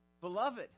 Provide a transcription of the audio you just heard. Beloved